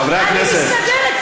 אני מסתדרת,